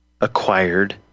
acquired